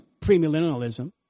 premillennialism